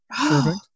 perfect